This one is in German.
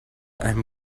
einem